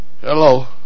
hello